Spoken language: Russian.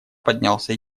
поднялся